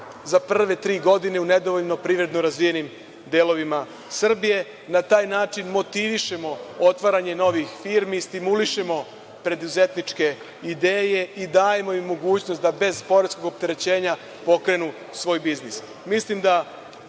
za prve tri godine u nedovoljno privredno razvijenim delovima Srbije. Na taj način, motivišemo otvaranje novih firmi, stimulišemo preduzetničke ideje i dajemo im mogućnost da bez poreskog opterećenja pokrenu svoj biznis. Mislim